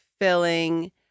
filling